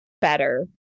better